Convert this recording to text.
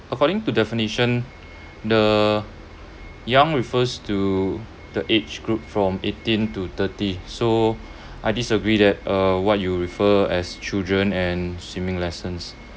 according to definition the young refers to the age group from eighteen to thirty so I disagree that uh what you refer as children and swimming lessons